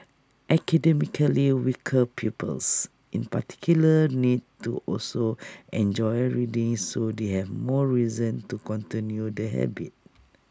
academically weaker pupils in particular need to also enjoy reading so they have more reason to continue the habit